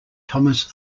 thomas